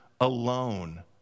alone